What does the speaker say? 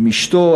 עם אשתו.